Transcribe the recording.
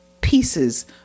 pieces